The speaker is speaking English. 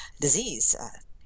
disease